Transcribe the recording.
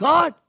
God